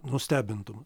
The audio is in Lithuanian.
nustebintų mus